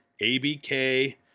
ABK